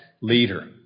leader